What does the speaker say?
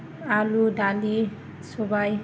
आलु दालि सबाय